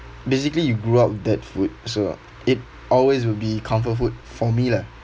basically you grew up with that food so it always will be comfort food for me lah